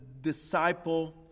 disciple